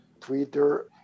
Twitter